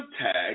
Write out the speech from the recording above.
tag